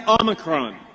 Omicron